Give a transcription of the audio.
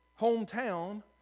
hometown